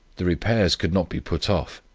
the repairs could not be put off.